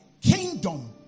kingdom